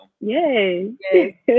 Yay